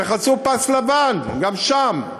חצו פס לבן גם שם,